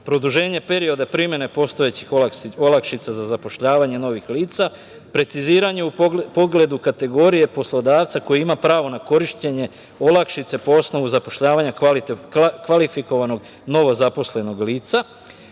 produženje perioda primene postojećih olakšica za zapošljavanje novih lica, preciziranje u pogledu kategorije poslodavca koji ima pravo na korišćenje olakšica po osnovu zapošljavanja kvalifikovanog novozaposlenog